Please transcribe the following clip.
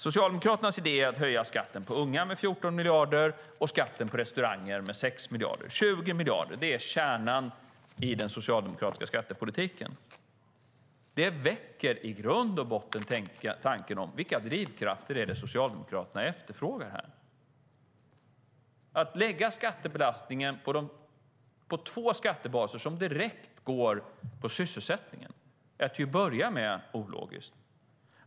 Socialdemokraternas idé att höja skatten på unga med 14 miljarder och skatten på restauranger med 6 miljarder, det vill säga 20 miljarder, är kärnan i den socialdemokratiska skattepolitiken. Det väcker i grund och botten tanken om vilka drivkrafter Socialdemokraterna efterfrågar. Att lägga skattebelastningen på två skattebaser som direkt går på sysselsättningen är till att börja med ologiskt.